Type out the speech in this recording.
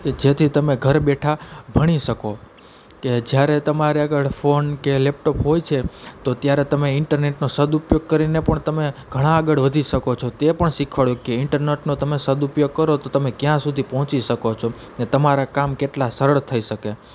કે જેથી તમે ઘરે બેઠા ભણી શકો કે જ્યારે તમારી આગળ ફોન કે લેપટોપ હોય છે તો ત્યારે તમે ઈન્ટરનેટનો સદ ઉપયોગ કરીને પણ તમે ઘણા આગળ વધી શકો છો તે પણ શીખવાડ્યું કે ઈન્ટરનેટનો તમે સદ ઉપયોગ કરો તો તમે ક્યાં સુધી પહોંચી શકો છો ને તમારા કામ કેટલા સરળ થઈ શકે